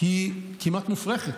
היא כמעט מופרכת.